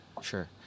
sure